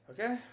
Okay